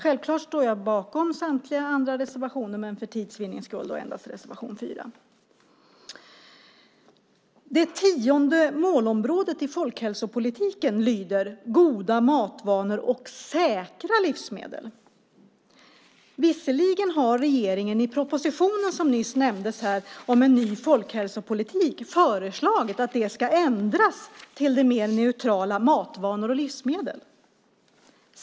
Jag står självklart bakom samtliga andra reservationer, men för tids vinnande yrkar jag endast bifall till reservation 4. Det tionde målområdet i folkhälsopolitiken lyder: Goda matvanor och säkra livsmedel. Visserligen har regeringen i den proposition som nyss nämndes om en ny folkhälsopolitik föreslagit att det ska ändras till det mer neutrala Matvanor och livsmedel.